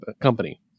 company